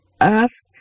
Ask